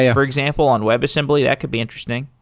ah for example, on webassembly. that could be interesting.